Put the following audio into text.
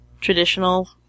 traditional